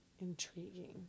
intriguing